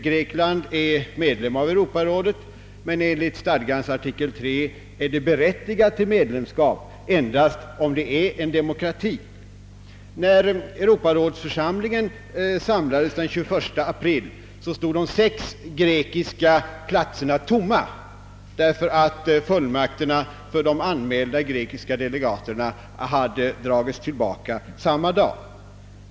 Grekland är medlem av Europarådet, men enligt stadgarnas artikel 3 är det berättigat till medlemskap endast om det är en demokrati. När Europarådsförsamlingen samlades den 21 april stod de sex grekiska platserna tomma, därför att fullmakterna för de anmälda grekiska delegaterna hade dragits tillbaka samma dag.